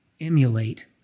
emulate